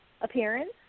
appearance